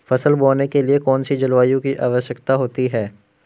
फसल बोने के लिए कौन सी जलवायु की आवश्यकता होती है?